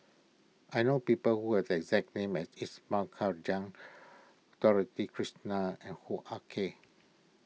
I know people who have the exact name as Ismail Dorothy Krishnan and Hoo Ah Kay